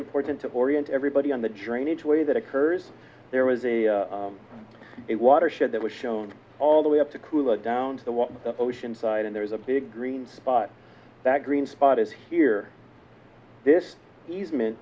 important to orient everybody on the drainage way that occurs there was a it watershed that was shown all the way up to cool down to the what the ocean side and there's a big green spot that green spot is here this easement